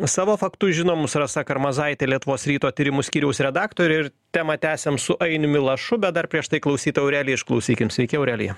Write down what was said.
savo faktus žinomus rasa karmazaitė lietuvos ryto tyrimų skyriaus redaktorė ir temą tęsiam su ainiumi lašu bet dar prieš tai klausytoją aureliją išklausykim sveiki aurelija